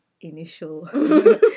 initial